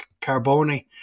Carboni